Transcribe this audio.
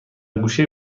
گوشه